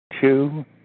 Two